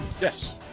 Yes